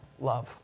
love